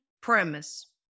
premise